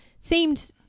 seemed